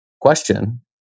Question